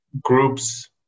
groups